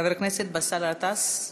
חבר הכנסת באסל גטאס,